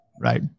Right